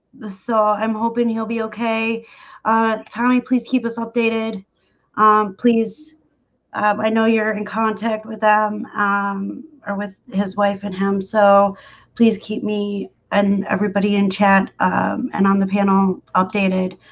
so i'm hoping he'll be okay tommy please keep us updated please i know you're in contact with them um or with his wife and him, so please keep me and everybody in chat um and on the panel updated